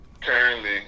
currently